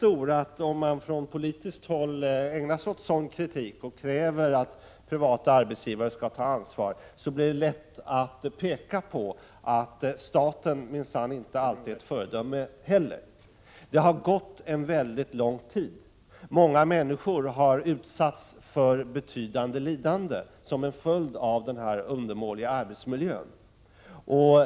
Om man från politiskt håll ägnar sig åt sådan kritik och kräver att privata arbetsgivare skall ta ansvar, är risken mycket stor att det påpekas att staten minsann inte alltid är ett föredöme. Det har gått lång tid, och många människor har utsatts för betydande lidande som en följd av den undermåliga arbetsmiljön.